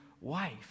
wife